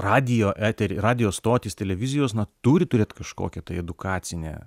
radijo etery radijo stotys televizijos na turi turėt kažkokią tai edukacinę